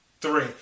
three